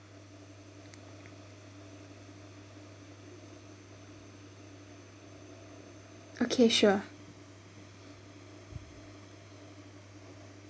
okay sure